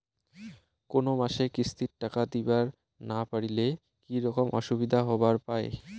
কোনো মাসে কিস্তির টাকা দিবার না পারিলে কি রকম অসুবিধা হবার পায়?